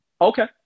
Okay